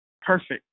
perfect